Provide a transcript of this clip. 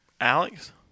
Alex